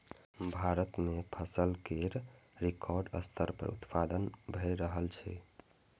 भारत मे फसल केर रिकॉर्ड स्तर पर उत्पादन भए रहल छै